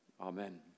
Amen